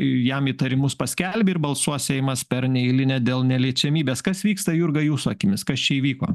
jam įtarimus paskelbė ir balsuos seimas per neeilinę dėl neliečiamybės kas vyksta jurga jūsų akimis kas čia įvyko